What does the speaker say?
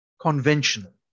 conventional